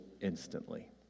instantly